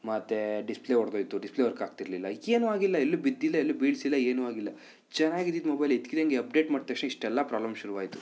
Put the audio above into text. ಮತ್ತೆ display ಒಡ್ದೊಯ್ತು display work ಆಗ್ತಿರಲಿಲ್ಲ ಏನೂ ಆಗಿಲ್ಲ ಎಲ್ಲೂ ಬಿದ್ದಿಲ್ಲ ಎಲ್ಲೂ ಬೀಳಿಸಿಲ್ಲ ಏನೂ ಆಗಿಲ್ಲ ಚೆನ್ನಾಗಿದಿದ್ದು ಮೊಬೈಲ್ ಇದ್ದಕ್ಕಿದಂಗೆ ಅಪ್ ಡೇಟ್ ಮಾಡಿದ ತಕ್ಷ್ಣ ಇಷ್ಟೆಲ್ಲ ಪ್ರಾಬ್ಲಮ್ ಶುರುವಾಯ್ತು